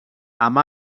amb